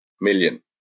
million